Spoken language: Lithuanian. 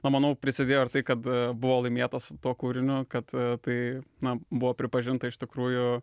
na manau prisidėjo ir tai kad buvo laimėta su tuo kūriniu kad tai na buvo pripažinta iš tikrųjų